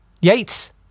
Yates